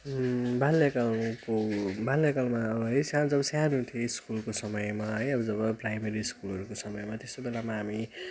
बाल्यकालको बाल्यकालमा अब है सानो जब सानो थिएँ स्कुलको समयमा है अब जब प्राइमेरी स्कुलहरूको समयमा त्यस्तो बेलामा हामी